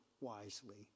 wisely